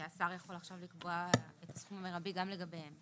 שהשר יכול עכשיו לקבוע את הסכום המרבי גם לגביהן.